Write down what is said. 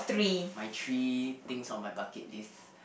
my three things on my bucket list